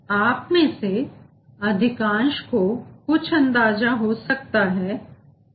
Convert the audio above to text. आप में से अधिकांश को कुछ अंदाजा हो सकता है